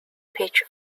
pitch